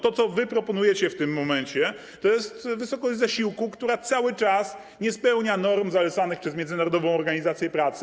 To, co wy proponujecie w tym momencie, to jest wysokość zasiłku, która cały czas nie spełnia norm zalecanych przez Międzynarodową Organizację Pracy.